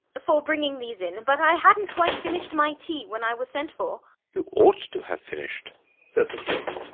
for bringing these in but i hadn't quite finished my tea when i was sent for you ought to have finished said the king.